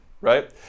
right